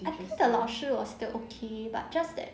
I think the 老师 was still okay but just that